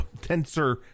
Tensor